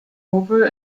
over